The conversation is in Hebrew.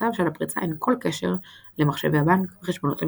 לקוחותיו שלפריצה אין כל קשר למחשבי הבנק וחשבונות המשתמשים,